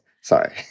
Sorry